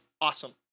awesome